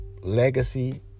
legacy